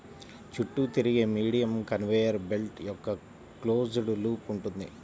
చుట్టూ తిరిగే medium conveyor belt యొక్క క్లోజ్డ్ లూప్ ఉంటుంది